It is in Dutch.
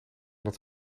dat